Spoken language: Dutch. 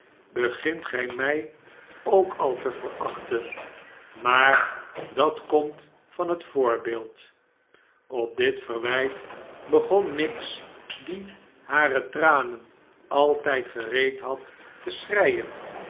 sbegint gij mij k al te verachten maar dat komt van het voorbeeld op dit verwijt begon miggs die hare tranen altijd gereed had te schreien